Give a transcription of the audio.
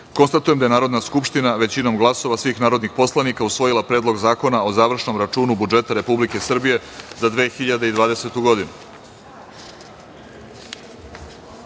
poslanik. Konstatujem da je Narodna skupština većinom glasova svih narodnih poslanika usvojila Predlog zakona o završnom računu budžeta Republike Srbije za 2020.